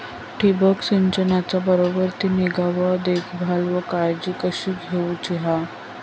ठिबक संचाचा बराबर ती निगा व देखभाल व काळजी कशी घेऊची हा?